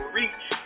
reach